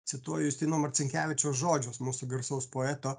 cituoju justino marcinkevičiaus žodžius mūsų garsaus poeto